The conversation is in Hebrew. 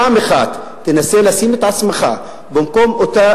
פעם אחת תנסה לשים את עצמך במקום אותם